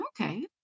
Okay